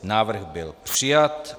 Návrh byl přijat.